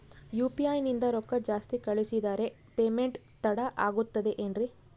UPI ನಿಂದ ರೊಕ್ಕ ಜಾಸ್ತಿ ಕಳಿಸಿದರೆ ಪೇಮೆಂಟ್ ತಡ ಆಗುತ್ತದೆ ಎನ್ರಿ?